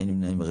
אין נמנעים?